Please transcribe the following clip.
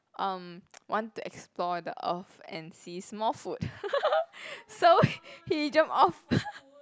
um want to explore the Earth and see Smallfoot so he jump off